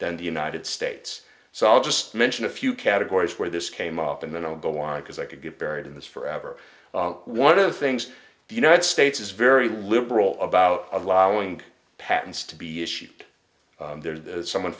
than the united states so i'll just mention a few categories where this came up and then i'll go on because i could get buried in this forever one of the things the united states is very liberal about allowing patents to be issued there's someone